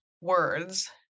words